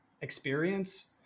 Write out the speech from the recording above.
experience